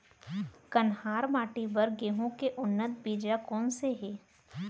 कन्हार माटी बर गेहूँ के उन्नत बीजा कोन से हे?